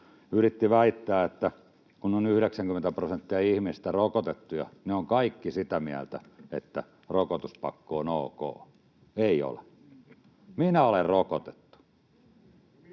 yritti väittää, että kun on 90 prosenttia ihmisistä rokotettuja, he ovat kaikki sitä mieltä, että rokotuspakko on ok. Ei ole. Minä olen rokotettu.